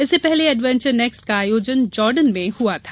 इसके पहले adventure next का आयोजन जॉर्डन में हुआ था